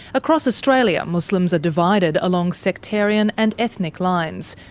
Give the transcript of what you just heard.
across australia, muslims are divided along sectarian and ethnic lines,